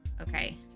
Okay